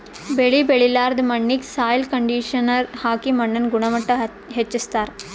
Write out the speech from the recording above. ಬೆಳಿ ಬೆಳಿಲಾರ್ದ್ ಮಣ್ಣಿಗ್ ಸಾಯ್ಲ್ ಕಂಡಿಷನರ್ ಹಾಕಿ ಮಣ್ಣಿನ್ ಗುಣಮಟ್ಟ್ ಹೆಚಸ್ಸ್ತಾರ್